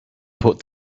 put